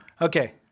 Okay